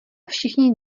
všichni